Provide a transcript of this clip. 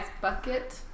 Bucket